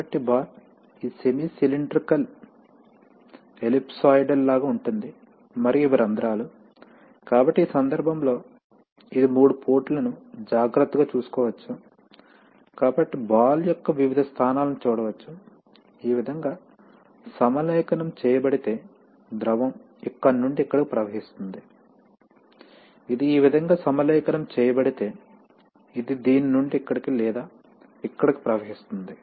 కాబట్టి బాల్ ఈ semi cylindrical ellipsoidal లాగా ఉంటుంది మరియు ఇవి రంధ్రాలు కాబట్టి ఈ సందర్భంలో ఇది మూడు పోర్టులను జాగ్రత్తగా చూసుకోవచ్చు కాబట్టి బాల్ యొక్క వివిధ స్థానాలను చూడవచ్చు ఈ విధంగా సమలేఖనం చేయబడితే ద్రవం ఇక్కడి నుండి ఇక్కడికి ప్రవహిస్తుంది ఇది ఈ విధంగా సమలేఖనం చేయబడితే ఇది దీని నుండి ఇక్కడికి లేదా ఇక్కడికి ప్రవహిస్తుంది